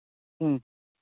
ꯎꯝ